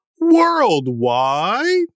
Worldwide